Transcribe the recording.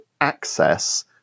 access